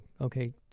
Okay